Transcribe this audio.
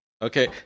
Okay